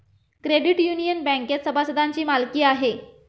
credit union बँकेत सभासदांची मालकी आहे